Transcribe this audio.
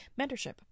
mentorship